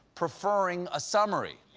preferring a summary.